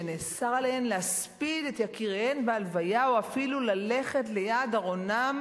שנאסר עליהן להספיד את יקיריהן בהלוויה או אפילו ללכת ליד ארונם